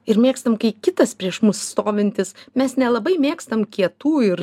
ir mėgstam kai kitas prieš mus stovintis mes nelabai mėgstam kietų ir